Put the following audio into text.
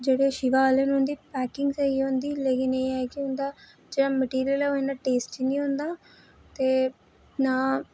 जेह्ड़े शिवा आह्ले न उं'दी पैकिंग स्हेई होंदी लेकिन एह् ऐ कि उं'दा जेह्ड़ा मटीरियल ऐ ओह् इन्ना टेस्टी नेईं होंदा ते ना